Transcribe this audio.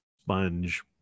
sponge